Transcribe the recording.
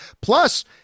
Plus